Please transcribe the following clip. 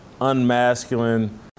unmasculine